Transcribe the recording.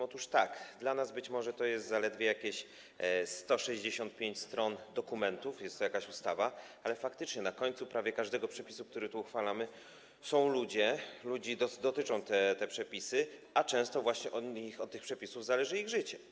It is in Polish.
Otóż tak, dla nas być może jest to zaledwie jakieś 165 stron dokumentu, jest to jakaś ustawa, ale faktycznie na końcu prawie każdego przepisu, który tu uchwalamy, są ludzie, których dotyczą te przepisy, a często właśnie od tych przepisów zależy ich życie.